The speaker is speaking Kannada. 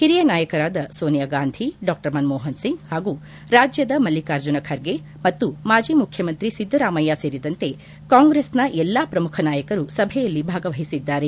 ಹಿರಿಯ ನಾಯಕರಾದ ಸೋನಿಯಾ ಗಾಂಧಿ ಡಾ ಮನಮೋಹನ್ ಸಿಂಗ್ ಹಾಗೂ ರಾಜ್ಯದ ಮಲ್ಲಿಕಾಜುನ್ ಖರ್ಗೆ ಮತ್ತು ಮಾಜಿ ಮುಖ್ಯಮಂತ್ರಿ ಸಿದ್ದರಾಮಯ್ಯ ಸೇರಿದಂತೆ ಕಾಂಗ್ರೆಸ್ ಎಲ್ಲಾ ಪ್ರಮುಖ ನಾಯಕರು ಸಭೆಯಲ್ಲಿ ಭಾಗವಹಿಸಿದ್ದಾರೆ